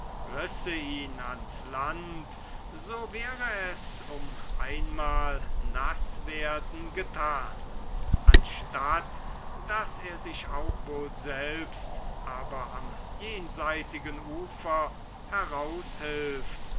ans land so wäre es um einmal naß werden getan anstatt daß er sich auch wohl selbst aber am jenseitigen ufer